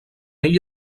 ell